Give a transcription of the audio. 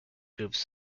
groups